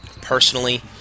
personally